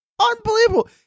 Unbelievable